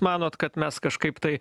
manot kad mes kažkaip tai